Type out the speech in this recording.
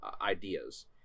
ideas